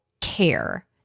care